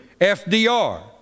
FDR